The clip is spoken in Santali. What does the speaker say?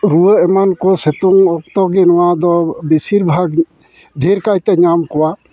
ᱨᱩᱣᱟᱹ ᱮᱢᱟᱱ ᱠᱚ ᱥᱤᱛᱩᱝ ᱚᱠᱛᱚᱜᱮ ᱱᱚᱣᱟ ᱫᱚ ᱵᱮᱥᱤᱨ ᱵᱷᱟᱜᱽ ᱫᱷᱮᱨ ᱠᱟᱭᱛᱮ ᱧᱟᱢ ᱠᱚᱣᱟ